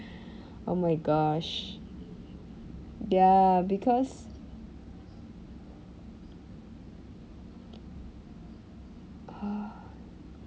oh my gosh ya because